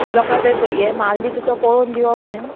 लोकां तें हें म्हाल दिता तो पोळोन दिवप न्ही